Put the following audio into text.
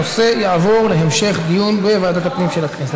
הנושא יעבור להמשך דיון בוועדת הפנים של הכנסת.